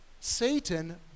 Satan